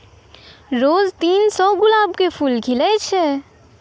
रोज तीन सौ गुलाब के फूल खिलै छै